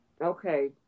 Okay